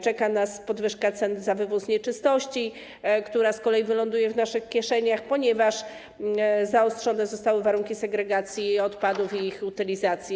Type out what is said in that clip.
Czeka nas podwyżka cen za wywóz nieczystości, która z kolei wyląduje w naszych kieszeniach, ponieważ zaostrzone zostały warunki segregacji odpadów i ich utylizacji.